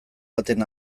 baten